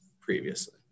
previously